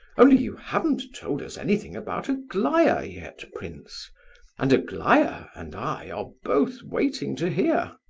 only you haven't told us anything about aglaya yet, prince and aglaya and i are both waiting to hear.